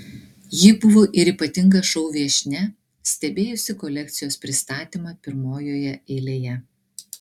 ji buvo ir ypatinga šou viešnia stebėjusi kolekcijos pristatymą pirmojoje eilėje